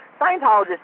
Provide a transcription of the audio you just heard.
Scientologists